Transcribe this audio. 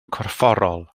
corfforol